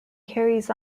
carries